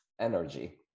energy